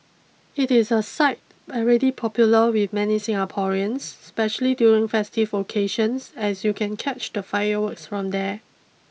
it is a site already popular with many Singaporeans especially during festive occasions as you can catch the fireworks from there